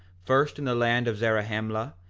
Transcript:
first in the land of zarahemla,